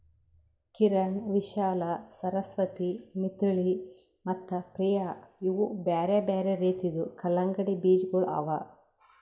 ಕಿರಣ್, ವಿಶಾಲಾ, ಸರಸ್ವತಿ, ಮಿಥಿಳಿ ಮತ್ತ ಪ್ರಿಯ ಇವು ಬ್ಯಾರೆ ಬ್ಯಾರೆ ರೀತಿದು ಕಲಂಗಡಿ ಬೀಜಗೊಳ್ ಅವಾ